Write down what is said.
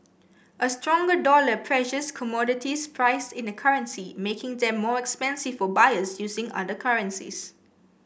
a stronger dollar pressures commodities priced in the currency making them more expensive for buyers using other currencies